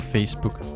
Facebook